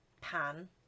pan